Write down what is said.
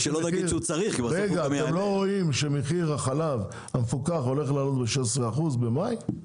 --- אתם לא רואים שמחיר החלב המפוקח הולך לעלות ב-16 במאי?